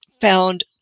found